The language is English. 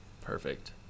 Perfect